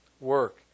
work